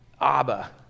Abba